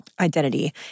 identity